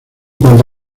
cuanto